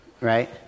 right